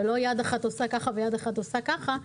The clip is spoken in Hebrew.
ולא יד אחת עושה ככה ויד אחת עושה ככה.